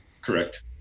correct